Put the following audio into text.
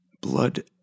Blood